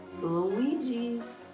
Luigi's